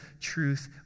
truth